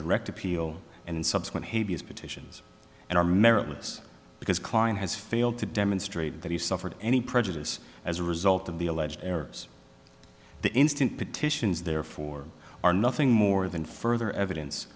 direct appeal and subsequent habeas petitions and are meritless because klein has failed to demonstrate that he suffered any prejudice as a result of the alleged errors the instant petitions therefore are nothing more than further evidence